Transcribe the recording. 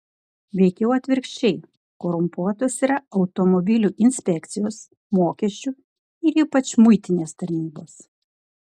veikiau atvirkščiai korumpuotos yra automobilių inspekcijos mokesčių ir ypač muitinės tarnybos